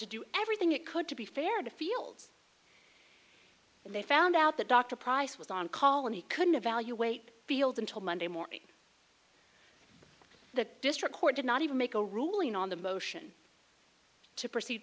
to do everything it could to be fair to fields and they found out the doctor price was on call and he couldn't evaluate the field until monday morning the district court did not even make a ruling on the motion to proceed